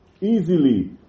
easily